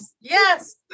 Yes